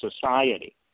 society